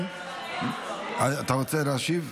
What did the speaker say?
אתה רוצה להשיב?